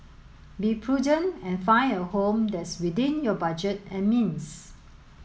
be prudent and find a home that's within your budget and means